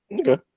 Okay